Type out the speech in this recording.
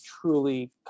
truly